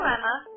Emma